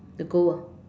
the goal ah